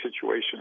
situation